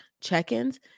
check-ins